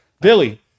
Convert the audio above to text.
billy